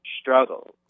struggles